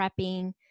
prepping